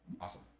Awesome